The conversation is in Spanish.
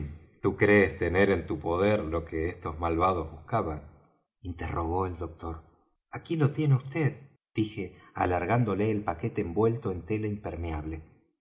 tú crées tener en tu poder lo que esos malvados buscaban interrogó el doctor aquí lo tiene vd dije alargándole el paquete envuelto en tela impermeable